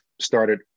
started